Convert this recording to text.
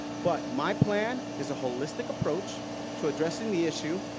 but my plan is a holistic approach to addressing the issue.